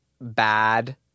bad